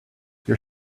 your